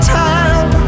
time